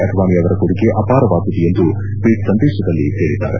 ಅಡ್ವಾಣಿ ಅವರ ಕೊಡುಗೆ ಅಪಾರವಾದುದು ಎಂದು ಟ್ವೀಟ್ ಸಂದೇಶದಲ್ಲಿ ಹೇಳಿದ್ದಾರೆ